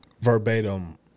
verbatim